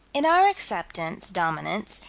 in our acceptance, dominants,